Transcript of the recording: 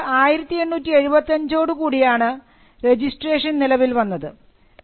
അതുകൊണ്ട് 1875 കൂടിയാണ് രജിസ്ട്രേഷൻ നിലവിൽ വന്നത്